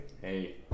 Hey